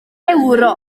ewro